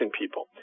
people